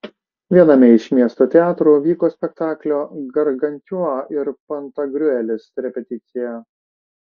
viename iš miesto teatrų vyko spektaklio gargantiua ir pantagriuelis repeticija